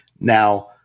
Now